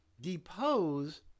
depose